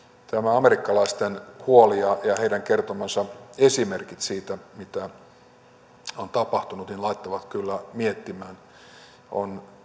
amerikkalaisten huoli ja ja heidän kertomansa esimerkit siitä mitä on tapahtunut laittavat kyllä miettimään on